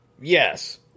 yes